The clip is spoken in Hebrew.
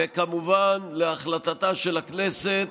וכמובן, להחלטתה של הכנסת,